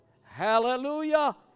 Hallelujah